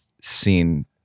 seen